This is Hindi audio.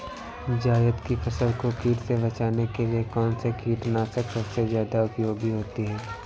जायद की फसल को कीट से बचाने के लिए कौन से कीटनाशक सबसे ज्यादा उपयोगी होती है?